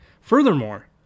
Furthermore